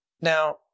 Now